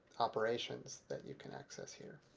operations that you can access here.